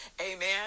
Amen